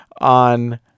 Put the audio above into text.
on